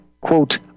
quote